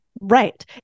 right